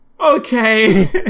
Okay